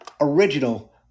original